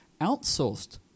outsourced